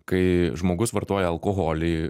kai žmogus vartoja alkoholį